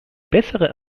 bessere